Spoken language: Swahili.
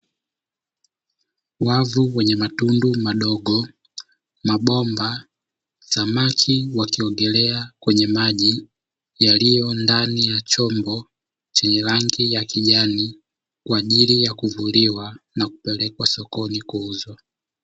Wavu wenye matundu madogo, mabomba, samaki wakiogelea kwenye maji yaliyondani ya chombo chenye rangi ya kijani kwa ajili ya kuvuliwa na kupelekwa sokoni kuuzwa.